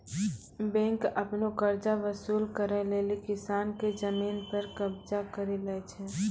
bank आपनो कर्जा वसुल करै लेली किसान के जमिन पर कबजा करि लै छै